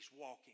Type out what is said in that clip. walking